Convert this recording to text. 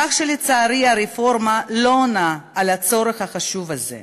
כך שלצערי, הרפורמה לא עונה על הצורך החשוב הזה.